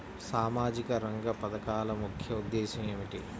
సామాజిక రంగ పథకాల ముఖ్య ఉద్దేశం ఏమిటీ?